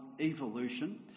evolution